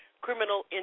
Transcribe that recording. criminal